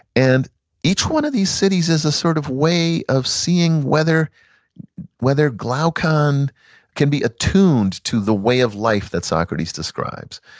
and each one of these cities is a sort of way of seeing whether whether glaucon can be attuned to the way of life that socrates describes.